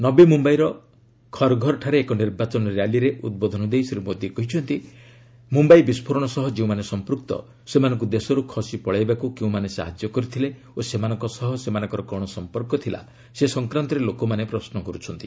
ନବୀମୁମ୍ୟାଇର ଖରଘରଠାରେ ଏକ ନିର୍ବାଚନ ର୍ୟାଲିରେ ଉଦ୍ବୋଧନ ଦେଇ ଶ୍ରୀ ମୋଦି କହିଛନ୍ତି ମୁମ୍ବାଇ ବିସ୍ଫୋରଣ ସହ ଯେଉଁମାନେ ସଂପୃକ୍ତ ସେମାନଙ୍କୁ ଦେଶରୁ ଖସି ପଳାଇବାକୁ କେଉଁମାନେ ସାହାଯ୍ୟ କରିଥିଲେ ଓ ସେମାନଙ୍କ ସହ ସେମାନଙ୍କର କ'ଣ ସଫପର୍କ ଥିଲା ସେ ସଂକ୍ରାନ୍ତରେ ଲୋକମାନେ ପ୍ରଶ୍ନ କରୁଛନ୍ତି